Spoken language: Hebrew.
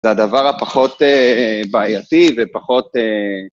זה הדבר הפחות בעייתי ופחות...